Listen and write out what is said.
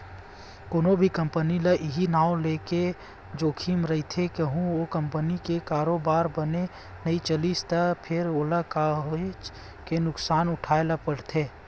कोनो भी कंपनी ल इहीं नांव लेके जोखिम रहिथे कहूँ ओ कंपनी के कारोबार बने नइ चलिस त फेर ओला काहेच के नुकसानी उठाय ल परथे